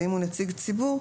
ואם הוא נציג ציבור,